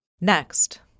Next